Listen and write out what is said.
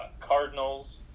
Cardinals